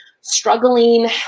struggling